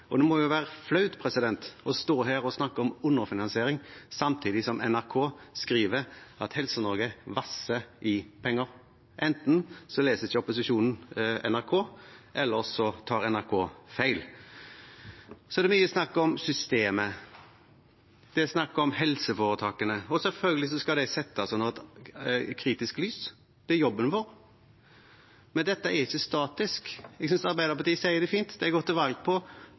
Det må være flaut å stå her og snakke om underfinansiering, samtidig som NRK skriver at Helse-Norge vasser i penger. Enten leser ikke opposisjonen NRK, eller så tar NRK feil. Så er det mye snakk om systemet, det er snakk om helseforetakene. Selvfølgelig skal de settes under et kritisk lys, det er jobben vår, men dette er ikke statisk. Jeg synes Arbeiderpartiet sier det fint; de har gått til valg på helseforetaksmodellen, men de vil gjøre noen justeringer. Det